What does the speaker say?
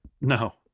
No